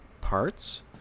parts